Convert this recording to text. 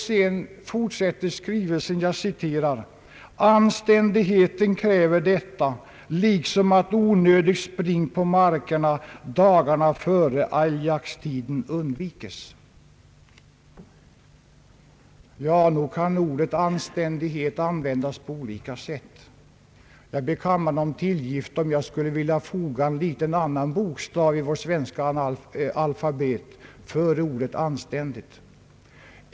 Sedan heter det i skrivelsen: »Anständigheten kräver detta liksom att onödigt spring på markerna dagarna före älgjaktstiden undvikes.» Nog kan ordet anständighet användas på olika sätt. Jag ber kammaren om tillgift, om jag skulle vilja sätta till en annan bokstav i vårt svenska alfabet före ordet anständighet.